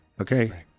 Okay